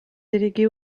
délégué